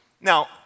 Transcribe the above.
Now